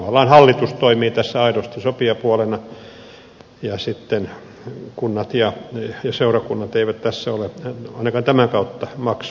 tavallaan hallitus toimii tässä aidosti sopijapuolena ja sitten kunnat ja seurakunnat eivät tässä ole ainakaan tämän kautta maksumiehinä